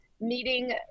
meeting